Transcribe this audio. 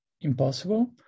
impossible